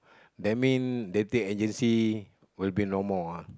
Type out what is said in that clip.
that mean dating agency will be no more ah